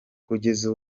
kugeza